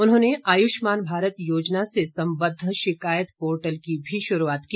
उन्होंने आयुष्मान भारत योजना से संबद्ध शिकायत पोर्टल की भी शुरुआत की